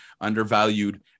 undervalued